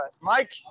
mike